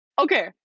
okay